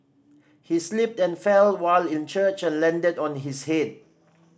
he slipped and fell while in church and landed on his head